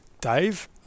Dave